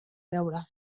beure